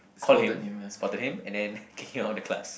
called him spotted him and then kicked him out of the class